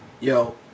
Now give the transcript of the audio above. Yo